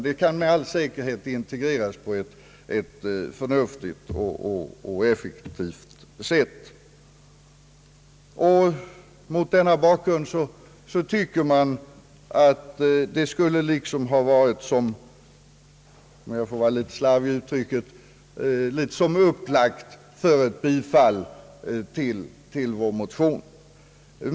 Utbildningen kan med all säkerhet integreras på ett förnuftigt och effektivt sätt. Mot denna bakgrund tycker jag att det liksom skulle ha varit upplagt för ett bifall till vår motion.